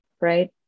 right